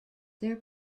their